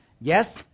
Yes